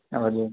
हजुर